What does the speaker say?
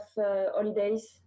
holidays